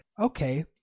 okay